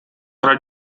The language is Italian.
tra